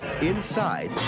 inside